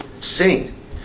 sing